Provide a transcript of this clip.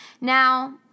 now